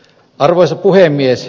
arvoisa puhemies